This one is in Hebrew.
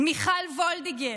מיכל וולדיגר,